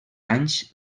anys